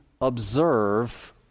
observe